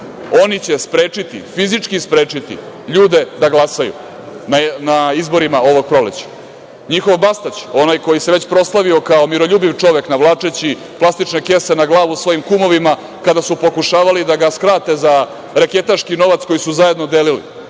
oni će sprečiti, fizički sprečiti ljude da glasaju na izborima ovog proleća. NJihov Bastać, onaj koji se već proslavio kao miroljubiv čovek navlačeći plastične kese na glavu svojim kumovima, kada su pokušavali da ga skrate za reketaški novac koji su zajedno delili,